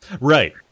Right